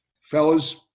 fellas